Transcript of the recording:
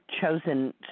chosen